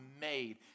made